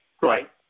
Right